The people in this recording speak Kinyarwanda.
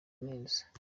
neza